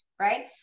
right